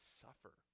suffer